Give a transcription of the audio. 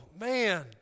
man